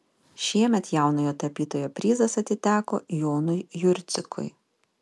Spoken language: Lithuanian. šiemet jaunojo tapytojo prizas atiteko jonui jurcikui